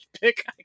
pick